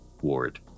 Ward